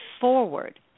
forward